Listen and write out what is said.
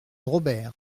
robert